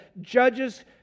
Judges